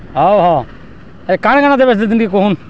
ହଉ ହଉ ଏ କାଣା କାଣା ଦେବେ ତିନେ ଟିକେ କହୁନ୍